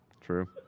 True